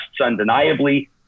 undeniably